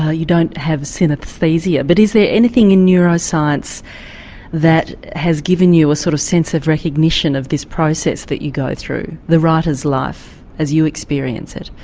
you don't have synesthesia but is there anything in neuroscience that has given you a sort of sense of recognition of this process that you go through, the writer's life as you experience it.